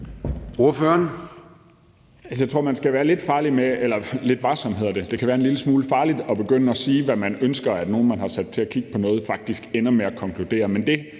Joel (S): Jeg tror, at man skal være lidt varsom med, og at det kan være en lille smule farligt at begynde at sige, hvad man ønsker at nogle, man har sat til at kigge på noget, faktisk ender med at konkludere.